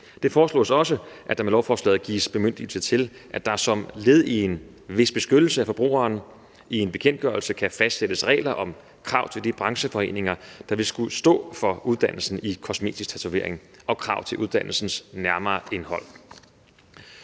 Det foreslås også, at der med lovforslaget gives bemyndigelse til, at der som led i en vis beskyttelse af forbrugerne i en bekendtgørelse kan fastsættes regler om krav til de brancheforeninger, der vil skulle stå for uddannelsen i kosmetisk tatovering, og krav til uddannelsens nærmere indhold.